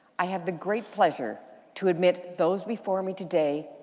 i have the great pleasure to admit those before me today,